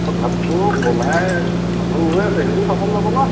নহয় ভাতটো বনাই মানুহ ৰৈ আছে সিহঁতিও চাবলৈ যাব ন